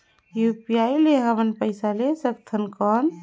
UPI ले हमन पइसा ले सकथन कौन?